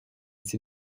sie